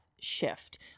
shift